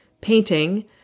painting